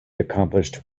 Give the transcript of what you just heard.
accomplished